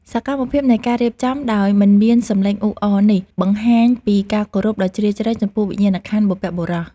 សកម្មភាពនៃការរៀបចំដោយមិនមានសំឡេងអ៊ូអរនេះបង្ហាញពីការគោរពដ៏ជ្រាលជ្រៅចំពោះវិញ្ញាណក្ខន្ធបុព្វបុរស។